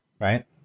right